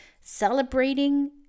Celebrating